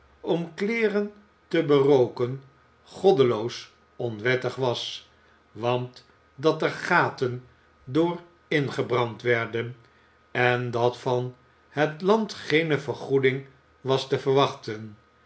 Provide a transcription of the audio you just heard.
om kleeren te berooken goddeloos onwettig was want dat er gaten door ingebrand werden en dat van het land geene vergoeding was te wachten